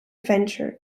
venture